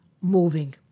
moving